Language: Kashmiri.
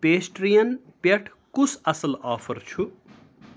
پیسٹِرٛیَن پٮ۪ٹھ کُس اصل آفر چھُ